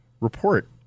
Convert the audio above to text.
Report